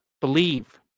believe